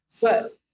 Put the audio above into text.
But-